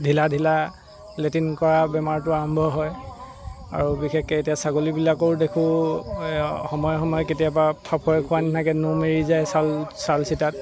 ঢিলা ঢিলা লেট্ৰিন কৰা বেমাৰটো আৰম্ভ হয় আৰু বিশেষকৈ এতিয়া ছাগলীবিলাকৰো দেখো সময়ে সময়ে কেতিয়াবা ফাফৰে খোৱা নিচিনাকৈ নোম এৰি যায় ছাল ছাল চিটাত